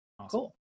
cool